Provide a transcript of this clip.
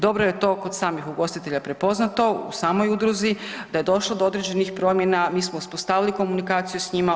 Dobro je to kod samih ugostitelja prepoznato u samoj udruzi da je došlo do određenih promjena, mi smo uspostavili komunikaciju s njima.